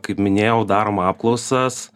kaip minėjau darom apklausas